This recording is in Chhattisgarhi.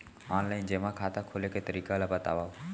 ऑनलाइन जेमा खाता खोले के तरीका ल बतावव?